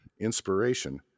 inspiration